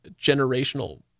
generational